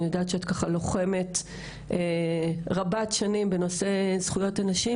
שאני יודעת שאת ככה לוחמת רבת שנים בנושא זכויות הנשים